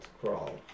crawl